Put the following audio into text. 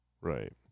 Right